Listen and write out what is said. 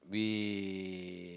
we